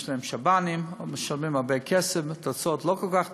יש להם שב"נים ומשלמים הרבה כסף והתוצאות לא כל כך טובות.